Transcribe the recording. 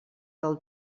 del